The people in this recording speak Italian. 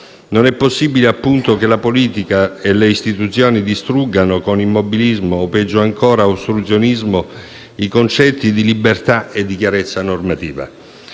Non è possibile che la politica e le istituzioni distruggano con immobilismo o, peggio ancora, ostruzionismo i concetti di libertà e di chiarezza normativa.